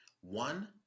One